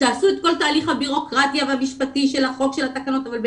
תעשו את כל תהליך הבירוקרטיה והמשפטי של החוק ושל התקנות בל